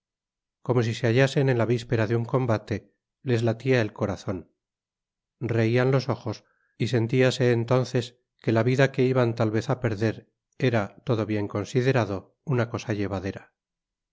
como si se hallasen en la víspera de un combate les latiael corazon reian los ojos y sentíase entonces que la vida que iban tal vez á perder era todo bien considerado una cosa llevadera el